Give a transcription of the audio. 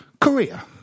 Korea